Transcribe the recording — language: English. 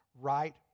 right